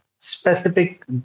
specific